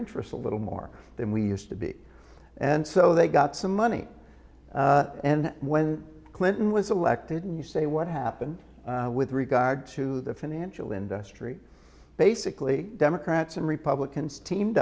interests a little more than we used to be and so they got some money and when clinton was elected and you say what happened with regard to the financial industry basically democrats and republicans teamed